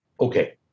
Okay